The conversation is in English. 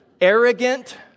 arrogant